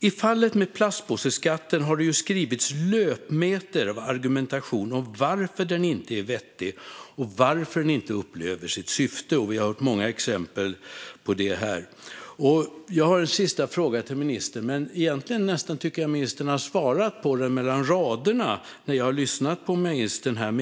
I fallet med plastpåseskatten har det skrivits löpmeter av argumentation om varför den inte är vettig och varför den inte lever upp till sitt syfte. Vi har hört många exempel här. Jag har en sista fråga till ministern, men ministern har mellan raderna svarat på frågan.